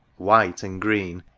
white and green.